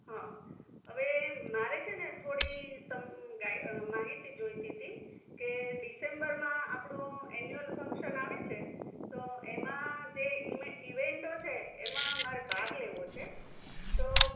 હ હવે મારે છેને થોડીક માહિતી જોઈતી હતી કે ડિસેમ્બરમાં આપડું એન્યુઅલ ફંક્શન આવે છે તો એમા જે ઇવેનટો છે એમાં મારે ભાગ લેવો છે તો